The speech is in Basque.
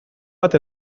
bat